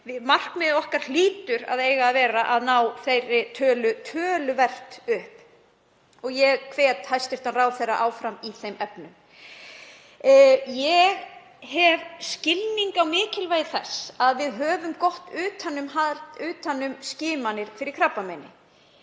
Markmið okkar hlýtur að eiga að vera að ná þeirri tölu töluvert upp. Ég hvet hæstv. ráðherra áfram í þeim efnum. Ég hef skilning á mikilvægi þess að við höfum gott utanumhald um skimanir fyrir krabbameini.